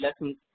lessons